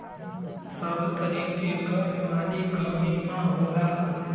सब तरीके क बीमारी क बीमा होला